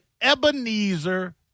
Ebenezer